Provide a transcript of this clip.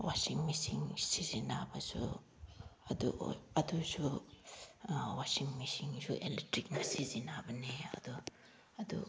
ꯋꯥꯁꯤꯡ machine ꯁꯤꯖꯤꯟꯅꯕꯁꯨ ꯑꯗꯨ ꯑꯗꯨꯁꯨ ꯋꯥꯁꯤꯡ ꯃꯦꯆꯤꯟꯁꯨ ꯑꯦꯂꯦꯛꯇ꯭ꯔꯤꯛꯅ ꯁꯤꯖꯤꯟꯅꯕꯅꯦ ꯑꯗꯨ ꯑꯗꯨ